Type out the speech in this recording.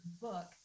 book